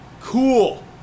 cool